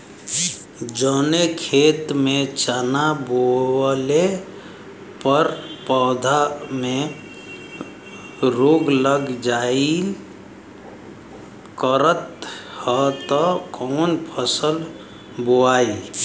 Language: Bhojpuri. जवने खेत में चना बोअले पर पौधा में रोग लग जाईल करत ह त कवन फसल बोआई?